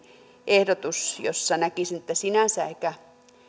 ehdotus jossa näkisin että sinänsä ehkä